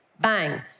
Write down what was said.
Bang